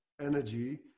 energy